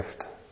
gift